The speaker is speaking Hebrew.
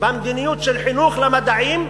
במדיניות של חינוך למדעים,